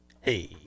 Hey